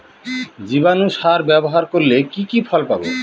জীবাণু সার ব্যাবহার করলে কি কি ফল পাবো?